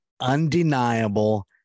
undeniable